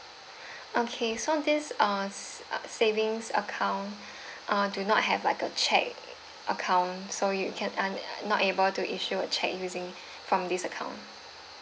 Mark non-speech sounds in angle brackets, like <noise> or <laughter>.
okay so this uh s~ savings account <breath> uh do not have like a cheque account so you can un~ not able to issue a cheque using from this account